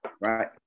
right